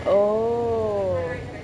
oh